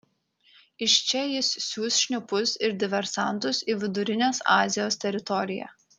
iš čia jis siųs šnipus ir diversantus į vidurinės azijos teritoriją